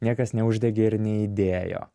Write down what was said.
niekas neuždegė ir neįdėjo